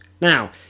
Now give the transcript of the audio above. Now